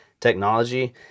technology